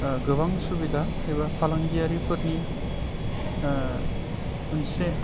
गोबां सुबिदा एबा फालांगियारिफोरनि मोनसे